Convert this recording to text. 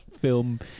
film